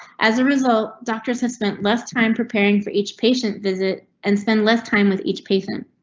as a result, doctors have spent less time preparing for each patient visit and spend less time with each patient.